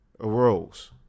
arose